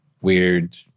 weird